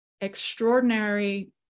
extraordinary